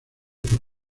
por